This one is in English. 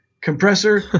compressor